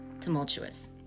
tumultuous